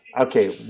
Okay